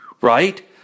right